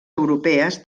europees